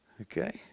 Okay